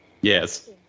Yes